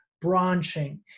branching